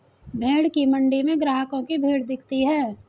भेंड़ की मण्डी में ग्राहकों की भीड़ दिखती है